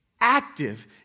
active